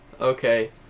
Okay